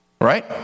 Right